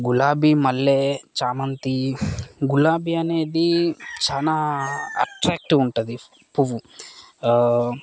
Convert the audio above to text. గులాబీ మల్లె చామంతి గులాబీ అనేది చాలా అట్రాక్టివ్గా ఉంటుంది పువ్వు